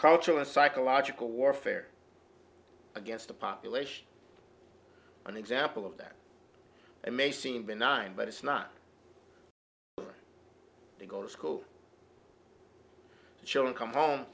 cultural or psychological warfare against the population an example of that it may seem benign but it's not going to go to school children come home